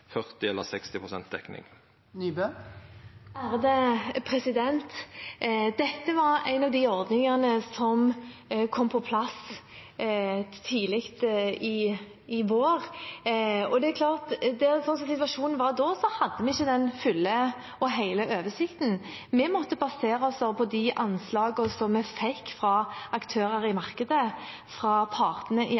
40 eller 60 pst. dekning? Dette var en av de ordningene som kom på plass tidlig i vår. Slik situasjonen var da, hadde vi ikke den fulle og hele oversikten. Vi måtte basere oss på de anslagene vi fikk fra aktører i markedet, fra partene i